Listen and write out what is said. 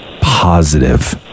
Positive